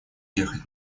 ехать